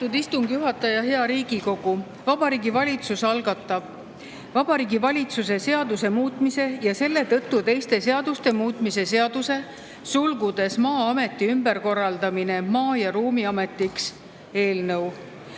istungi juhataja! Hea Riigikogu! Vabariigi Valitsus algatab Vabariigi Valitsuse seaduse muutmise ja selle tõttu teiste seaduste muutmise seaduse (Maa-ameti ümberkorraldamine Maa- ja Ruumiametiks) eelnõu.